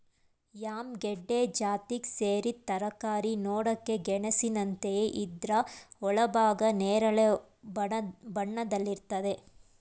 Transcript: yam ಗೆಡ್ಡೆ ಜಾತಿಗ್ ಸೇರಿದ್ ತರಕಾರಿ ನೋಡಕೆ ಗೆಣಸಿನಂತಿದೆ ಇದ್ರ ಒಳಭಾಗ ನೇರಳೆ ಬಣ್ಣದಲ್ಲಿರ್ತದೆ